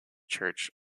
church